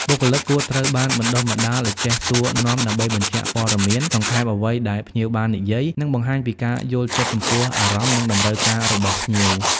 បុគ្គលិកគួរត្រូវបានបណ្តុះបណ្តាលឱ្យចេះសួរនាំដើម្បីបញ្ជាក់ព័ត៌មាន សង្ខេបអ្វីដែលភ្ញៀវបាននិយាយ និងបង្ហាញពីការយល់ចិត្តចំពោះអារម្មណ៍ និងតម្រូវការរបស់ភ្ញៀវ។